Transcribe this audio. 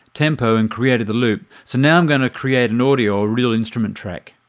tempo and created a loop so now i'm going to create an audio or real instrument track.